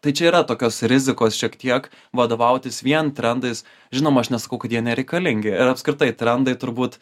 tai čia yra tokios rizikos šiek tiek vadovautis vien trendais žinoma aš nesakau kad jie nereikalingi ir apskritai trendai turbūt